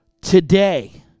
today